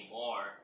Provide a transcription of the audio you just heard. more